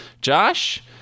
Josh